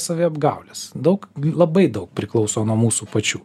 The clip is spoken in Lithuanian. saviapgaulės daug labai daug priklauso nuo mūsų pačių